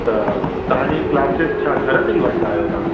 त तव्हांजी क्लासिस छा घर ते ई वठंदा आहियो तव्हां